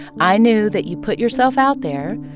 i knew that you put yourself out there,